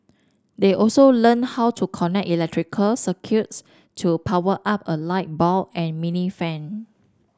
they also learnt how to connect electrical circuits to power up a light bulb and a mini fan